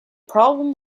problem